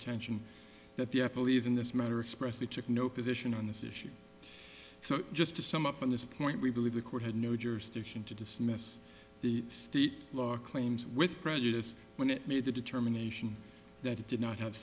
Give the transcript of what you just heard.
attention that the apple e's in this matter express it took no position on this issue so just to sum up on this point we believe the court had no jurisdiction to dismiss the state law claims with prejudice when it made the determination that it did not have